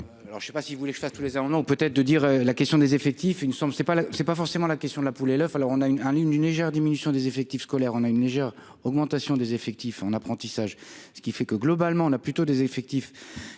je ne sais pas si vous voulez que je fasse tous les ans on on peut être de dire la question des effectifs, une somme, c'est pas la c'est pas forcément la question de la poule et l'oeuf, alors on a eu un une une légère diminution des effectifs scolaires, on a une légère augmentation des effectifs en apprentissage, ce qui fait que globalement on a plutôt des effectifs